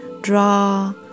draw